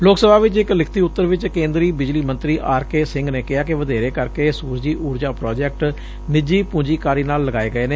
ਲੋਕ ਸਭਾ ਵਿਚ ਇਕ ਲਿਖਤੀ ਉਤਰ ਵਿਚ ਕੇਂਦਰੀ ਬਿਜਲੀ ਮੰਤਰੀ ਆਰ ਕੇ ਸਿੰਘ ਨੇ ਕਿਹਾ ਕਿ ਵਧੇਰੇ ਕਰਕੇ ਸੁਰਜੀ ਊਰਜਾ ਪ੍ਰਾਜੈਕਟ ਨਿਜੀ ਪੂੰਜੀਕਾਰੀ ਨਾਲ ਲਗਾਏ ਗਏ ਨੇ